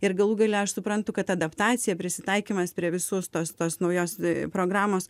ir galų gale aš suprantu kad adaptacija prisitaikymas prie visos tos tos naujos programos